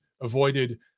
avoided